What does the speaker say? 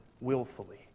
willfully